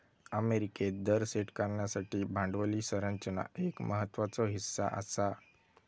अमेरिकेत दर सेट करण्यासाठी भांडवली संरचना एक महत्त्वाचो हीस्सा आसा